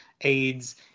AIDS